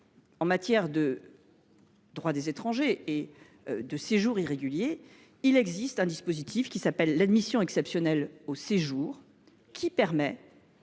en matière de droit des étrangers et de séjour irrégulier, il existe un dispositif, l’admission exceptionnelle au séjour, qui permet